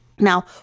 Now